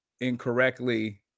incorrectly